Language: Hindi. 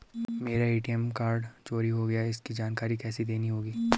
मेरा ए.टी.एम कार्ड चोरी हो गया है इसकी जानकारी किसे देनी होगी?